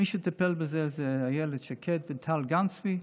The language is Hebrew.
ומי שטיפלו בזה היו אילת שקד וטל גן צבי.